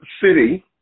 city